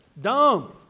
Dumb